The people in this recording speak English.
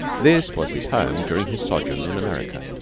this was his home during his sojourn in america.